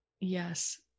Yes